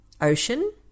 Ocean